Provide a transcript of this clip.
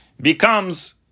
becomes